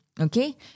okay